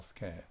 healthcare